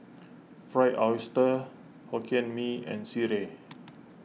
Fried Oyster Hokkien Mee and Sireh